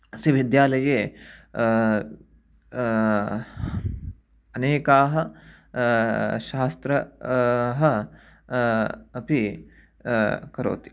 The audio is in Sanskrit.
अस्य विद्यालये अनेकानि शास्त्राणि ह अपि करोति